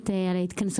(אומרת דברים בשפת